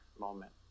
moment